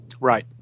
Right